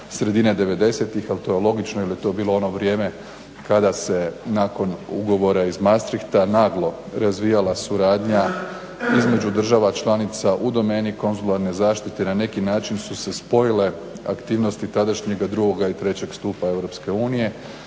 devedesetih ali to je logično jel je to bilo ono vrijeme kada se nakon ugovora iz Maastrichta naglo razvijala suradnja između država članica u domeni konzularne zaštite i na neki način su se spojile aktivnosti tadašnjega drugoga i trećeg stupa EU